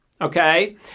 Okay